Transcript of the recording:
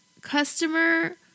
Customer